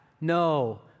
no